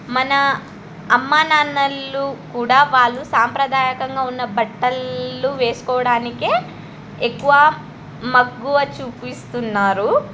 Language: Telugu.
మన అమ్మానాన్నలు కూడా వాళ్ళు సాంప్రదాయకంగా ఉన్న బట్టలు వేసుకోవడానికే ఎక్కువ మక్కువ చూపిస్తున్నారు